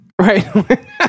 right